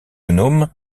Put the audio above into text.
gnome